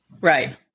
right